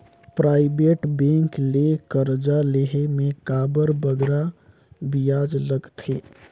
private bank ले करजा लेहे में काबर बगरा बियाज लगथे